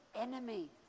enemy